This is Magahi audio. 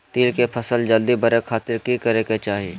तिल के फसल जल्दी बड़े खातिर की करे के चाही?